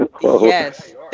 Yes